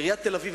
עיריית תל-אביב,